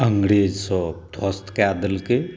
अंग्रेजसभ ध्वस्त कए देलकै